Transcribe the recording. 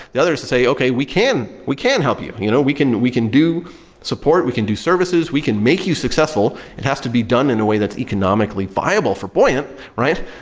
the other is to say, okay, we can we can help you. you know we can we can do support, we can do services, we can make you successful. it has to be done in a way that's economically viable for buoyant, right?